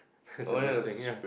that's the best thing ya